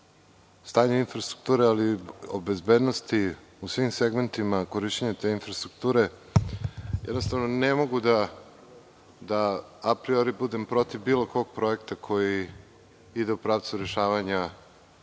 stanju infrastrukture, ali i o bezbednosti u svim segmentima korišćenja te infrastrukture, ne mogu da apriori budem protiv bilo kog projekta koji ide u pravcu rešavanja